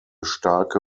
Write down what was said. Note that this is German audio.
starke